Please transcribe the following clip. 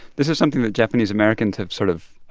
this is something that japanese americans have sort of